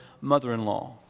mother-in-law